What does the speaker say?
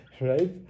right